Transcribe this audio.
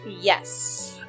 Yes